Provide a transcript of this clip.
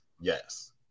Yes